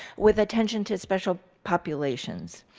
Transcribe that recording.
with attention to special populations.